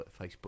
Facebook